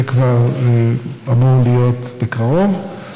זה כבר אמור להיות בקרוב.